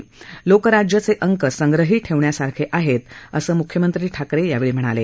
लोकराज्यचे अंक संग्रही ठेवण्यासारखे आहेत असं मुख्यमंत्री ठाकरे यांनी यावेळी म्हणाले